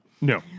No